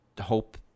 hope